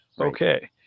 okay